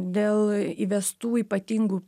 dėl įvestų ypatingų